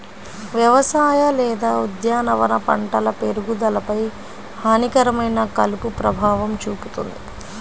వ్యవసాయ లేదా ఉద్యానవన పంటల పెరుగుదలపై హానికరమైన కలుపు ప్రభావం చూపుతుంది